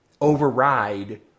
override